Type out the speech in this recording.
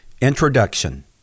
Introduction